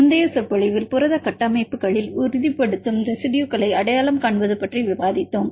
முந்தைய சொற்பொழிவில் புரத கட்டமைப்புகளில் உறுதிப்படுத்தும் ரெசிடுயுகளை அடையாளம் காண்பது பற்றி விவாதித்தோம்